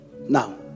Now